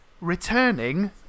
Returning